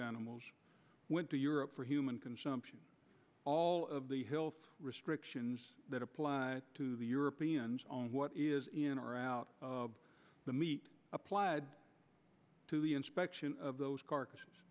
animals went to europe for human consumption all of the hills restrictions that apply to the europeans on what is in or out of the meat applied to the inspection of those carcasses